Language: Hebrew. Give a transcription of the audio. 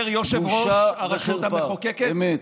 אומר יושב-ראש הרשות המחוקקת, אמת.